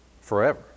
forever